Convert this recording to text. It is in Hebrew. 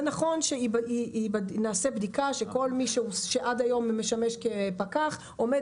זה נכון שנעשה בדיקה שכל מי שעד היום משמש פקח עומד